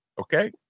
Okay